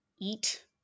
eat